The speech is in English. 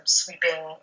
sweeping